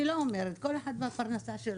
אני לא אומרת, כל אחד והפרנסה שלו.